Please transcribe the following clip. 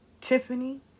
Tiffany